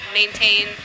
maintain